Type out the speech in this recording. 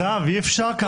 נדב, אי-אפשר ככה.